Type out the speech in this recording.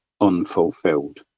unfulfilled